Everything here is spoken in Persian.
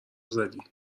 زدی